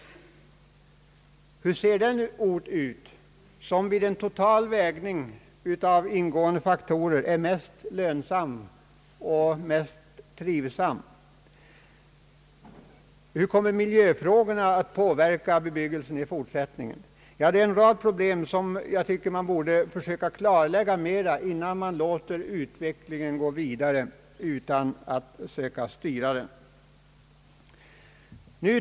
Hur ser den ort ut som vid en vägning av olika faktorer mot varandra är mest lönsam och trivsam, hur kommer miljöfrågorna att påverka bebyggelsen i fortsättningen? Det är en rad problem som måste klarläggas innan man bara låter utvecklingen gå vidare utan att söka styra den.